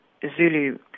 Zulu